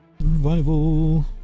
Survival